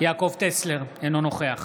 יעקב טסלר, אינו נוכח